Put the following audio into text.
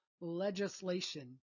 legislation